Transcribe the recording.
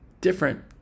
different